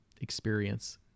experience